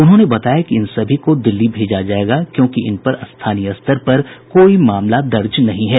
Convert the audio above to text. उन्होंने बताया कि इन सभी को दिल्ली भेजा जायेगा क्योंकि इन पर स्थानीय स्तर पर कोई मामला दर्ज नहीं है